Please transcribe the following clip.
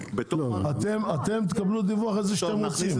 אתם תקבלו דיווח איזה שאתם רוצים.